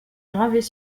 gravés